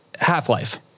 Half-Life